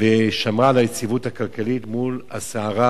ושמרה על היציבות הכלכלית מול הסערה